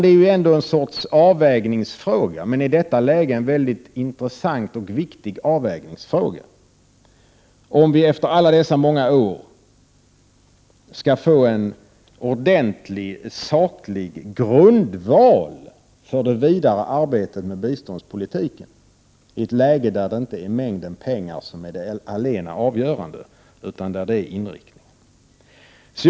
Det är ändå en sorts avvägningsfråga, men i detta läge en väldigt intressant och viktig avvägningsfråga, om vi efter alla dessa år skall få en ordentlig saklig grundval för det vidare arbetet med biståndspolitiken i ett läge där det inte är mängden pengar som är det allena avgörande, utan inriktningen.